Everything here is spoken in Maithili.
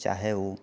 चाहे ओ